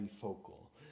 focal